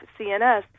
CNS